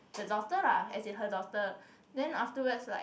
the daughter lah as in her daughter then afterwards like